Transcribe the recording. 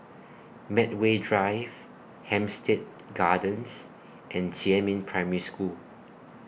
Medway Drive Hampstead Gardens and Jiemin Primary School